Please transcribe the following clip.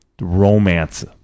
romance